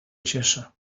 cieszę